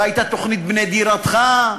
והייתה תוכנית "בנה דירתך",